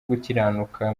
gukiranuka